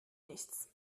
nichts